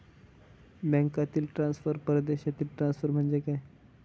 बँकांतील ट्रान्सफर, परदेशातील ट्रान्सफर म्हणजे काय?